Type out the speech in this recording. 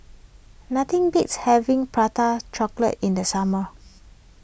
nothing beats having Prata Chocolate in the summer